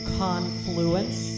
confluence